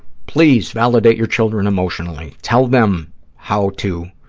please validate your children emotionally. tell them how to